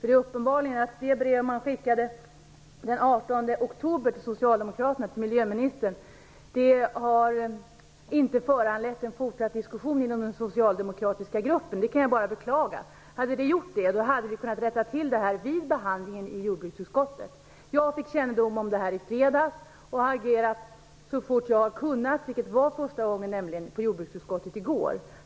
Det är uppenbart att det brev som skickades den 18 oktober till Socialdemokraterna, till miljöministern, inte har föranlett någon fortsatt diskussion inom den socialdemokratiska gruppen. Det kan jag bara beklaga. Hade det gjort det, hade vi kunnat rätta till detta vid behandlingen i jordbruksutskottet. Jag fick kännedom om detta i fredags och har agerat så fort jag har kunnat, vilket var på jordbruksutskottets sammanträde i går.